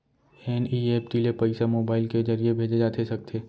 NEFT ले पइसा mobile के ज़रिए भेजे जाथे सकथे?